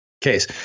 case